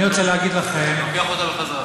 אני לוקח אותה בחזרה.